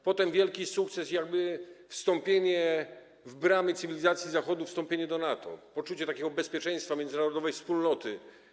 Potem był wielki sukces, jakby wstąpienie w bramy cywilizacji Zachodu, wstąpienie do NATO, poczucie takiego bezpieczeństwa, międzynarodowej wspólnoty.